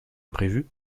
imprévue